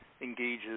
engages